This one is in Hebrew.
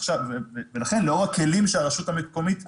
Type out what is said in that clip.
ולכן לאור הכלים שהרשות המקומית מקבלת,